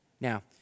Now